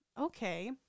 okay